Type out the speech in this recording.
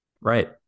Right